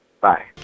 bye